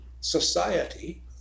society